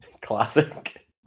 Classic